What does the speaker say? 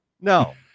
No